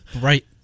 Right